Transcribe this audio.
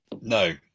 No